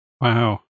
Wow